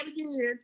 again